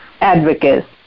advocates